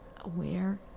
aware